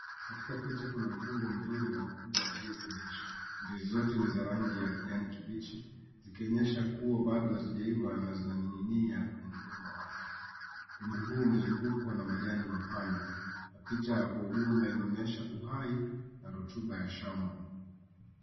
Katika picha kuna mkungu mzuri na mkubwa wa ndizi mbichi. Ndizi zote ni za rangi ya kijani kibichi zikionyesha kuwa bado hazijaiva na zinaning'inia kwenye mgomba wake. Mkungu huu umezungukwa na majani mapana. Picha kwa ujumla inaonyesha uhai na rotuba ya shamba.